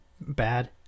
bad